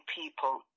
people